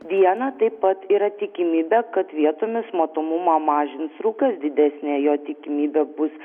dieną taip pat yra tikimybė kad vietomis matomumą mažins rūkas didesnė jo tikimybė bus